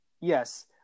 yes